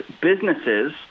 businesses